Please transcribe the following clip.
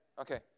Okay